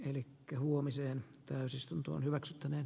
elikkä huomiseen täysistunto hyväksyttäneen